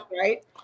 right